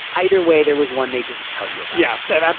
either way there was one they didn't tell you. but yeah. but